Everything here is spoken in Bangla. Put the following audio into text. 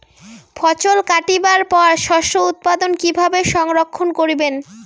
ফছল কাটিবার পর শস্য উৎপাদন কিভাবে সংরক্ষণ করিবেন?